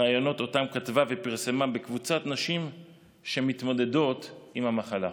ראיונות שאותם כתבה ופרסמה בקבוצת נשים שמתמודדות עם המחלה.